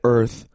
Earth